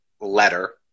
letter